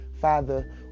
Father